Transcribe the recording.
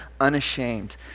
Unashamed